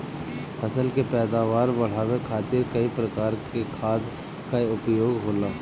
फसल के पैदावार बढ़ावे खातिर कई प्रकार के खाद कअ उपयोग होला